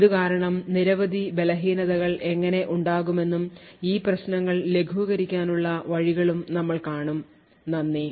ഇതുകാരണം നിരവധി ബലഹീനതകൾ എങ്ങനെ ഉണ്ടാകുമെന്നും ഈ പ്രശ്നങ്ങൾ ലഘൂകരിക്കാനുള്ള വഴികളും നമ്മൾ കാണും നന്ദി